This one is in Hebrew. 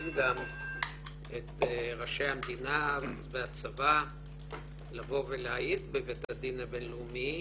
גם את ראשי המדינה והצבא לבוא ולהעיד בבית הדין הבינלאומי,